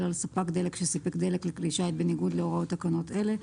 על ספק דלק שסיפק דלק לכלי שיט בניגוד להוראות תקנות אלה,